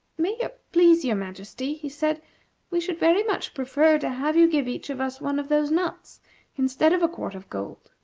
may it please your majesty, he said we should very much prefer to have you give each of us one of those nuts instead of a quart of gold.